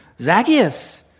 Zacchaeus